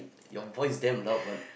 your voice damn loud one